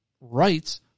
rights